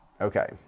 Okay